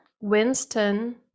Winston